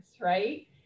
right